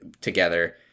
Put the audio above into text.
together